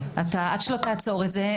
עד שלא נעצור את זה,